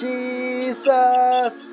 Jesus